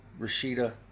Rashida